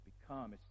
become